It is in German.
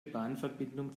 bahnverbindung